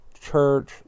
church